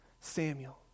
Samuel